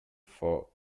for